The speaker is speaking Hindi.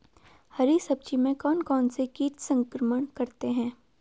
हरी सब्जी में कौन कौन से कीट संक्रमण करते हैं?